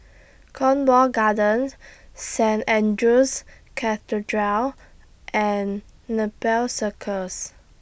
Cornwall Gardens Saint Andrew's Cathedral and Nepal Circus